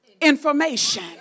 information